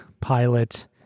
pilot